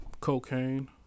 Cocaine